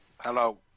Hello